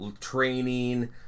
training